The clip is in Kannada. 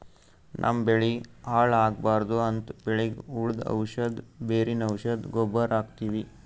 ನಮ್ಮ್ ಬೆಳಿ ಹಾಳ್ ಆಗ್ಬಾರ್ದು ಅಂತ್ ಬೆಳಿಗ್ ಹುಳ್ದು ಔಷಧ್, ಬೇರಿನ್ ಔಷಧ್, ಗೊಬ್ಬರ್ ಹಾಕ್ತಿವಿ